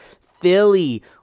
Philly